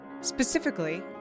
specifically